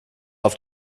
auf